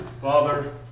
Father